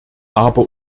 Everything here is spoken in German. aber